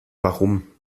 warum